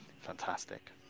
Fantastic